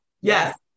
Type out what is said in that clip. Yes